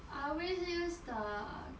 I always use the